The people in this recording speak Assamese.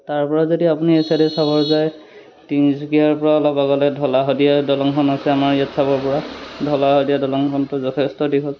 তাৰপৰা যদি আপুনি এই চাইদে চাবলৈ যায় তিনিচুকীয়াৰপৰা অলপ আগলৈ ধলা শদিয়া দলংখন আছে আমাৰ ইয়াত চাব পৰা ধলা শদিয়া দলংখনটো যথেষ্ট দীঘল